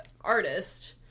artist